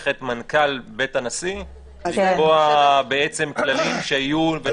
את מנכ"ל בית הנשיא לקבוע כללים שיהיו.